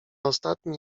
ostatni